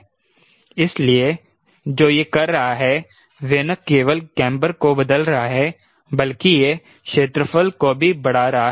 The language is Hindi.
इसलिए जो यह कर रहा है वह न केवल केंबर को बदल रहा है बल्कि यह क्षेत्रफल को भी बढ़ा रहा है